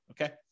Okay